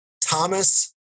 Thomas